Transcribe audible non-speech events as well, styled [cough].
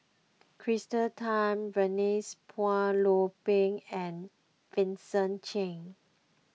[unintelligible] Tan Denise Phua Lay Peng and Vincent Cheng